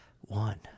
one